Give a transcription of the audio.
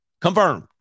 Confirmed